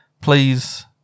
Please